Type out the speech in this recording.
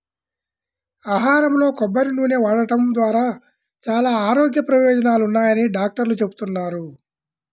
ఆహారంలో కొబ్బరి నూనె వాడటం ద్వారా చాలా ఆరోగ్య ప్రయోజనాలున్నాయని డాక్టర్లు చెబుతున్నారు